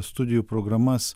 studijų programas